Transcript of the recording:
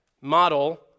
model